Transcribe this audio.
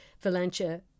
Valencia